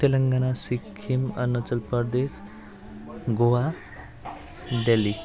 Telangana Sikkim Arunachal Pradesh Goa Delhi